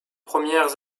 premières